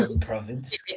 province